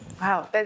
Wow